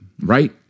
right